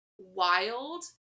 wild